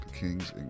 King's